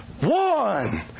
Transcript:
One